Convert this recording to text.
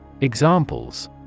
Examples